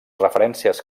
referències